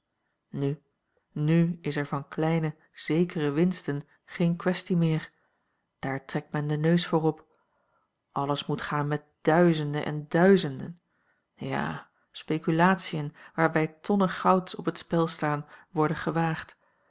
n is er van kleine zekere winsten geen kwestie meer daar trekt men den neus voor op alles moet gaan met duizenden en duizenden ja speculatiën waarbij tonnen gouds op het spel staan worden gewaagd